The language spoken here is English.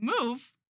move